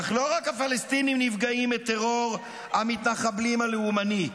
אך לא רק הפלסטינים נפגעים מטרור המתנחבלים הלאומני.